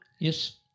Yes